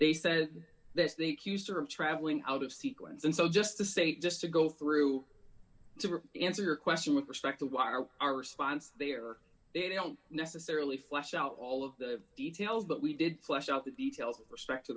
they said that's the q sort of traveling out of sequence and so just to say just to go through to answer your question with respect to our our response they are they don't necessarily flesh out all of the details but we did flesh out the details perspect